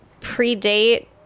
predate